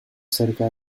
cerca